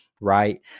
right